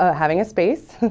ah having a space